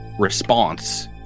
Response